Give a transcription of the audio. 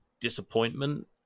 disappointment